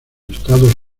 estados